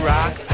Rock